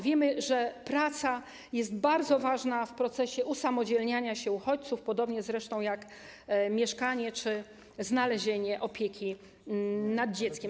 Wiemy, że praca jest bardzo ważna w procesie usamodzielniania się uchodźców, podobnie zresztą jak mieszkanie czy znalezienie opieki nad dzieckiem.